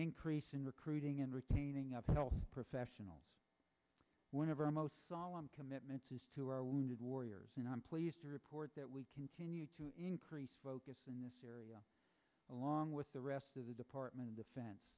increase in recruiting and retaining us health professionals one of our most solemn commitment to our wounded warriors and i'm pleased to report that we continue to increase focus in this area along with the rest of the department of defense